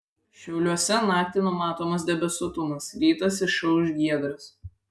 šiauliuose naktį numatomas debesuotumas rytas išauš giedras